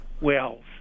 wells